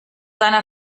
einer